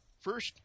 First